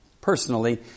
personally